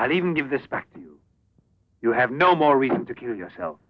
i'll even give this back to you you have no more reason to kill yourself